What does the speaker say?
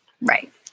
Right